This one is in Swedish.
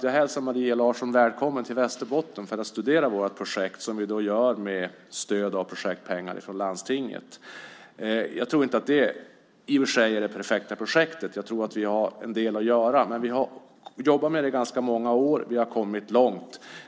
Jag hälsar Maria Larsson välkommen till Västerbotten för att studera vårt projekt, som vi genomför med stöd av projektpengar från landstinget. Jag tror i och för sig inte att detta är det perfekta projektet, utan jag tror att vi har en del att göra. Men vi har jobbat med detta under många år, och vi har kommit långt.